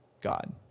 God